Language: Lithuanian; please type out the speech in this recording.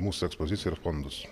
mūsų ekspoziciją ir fondus